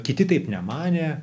kiti taip nemanė